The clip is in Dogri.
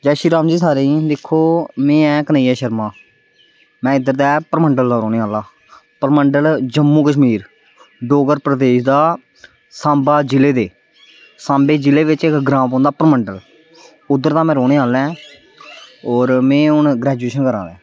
जय श्री राम जी सारें गी दिक्खो में आं कन्हैया शर्मा मैं इद्धर दा परमंडल दा रौह्ने आह्ला परमंडल जम्मू कश्मीर डुग्गर प्रदेश दा साम्बा जिले दे साम्बे जिले बिच्च एक्क ग्रां पौंदा परमंडल उद्दर दा मैं रोह्ने आह्ला आं और में हु ग्रैजुएशन करा दा